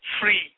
free